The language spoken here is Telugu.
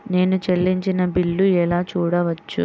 నేను చెల్లించిన బిల్లు ఎలా చూడవచ్చు?